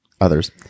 others